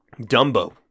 Dumbo